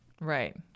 Right